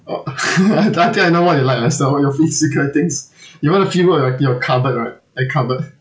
oh I think I know what you like lester all your physical things you want to fill up your your cupboard right like cupboard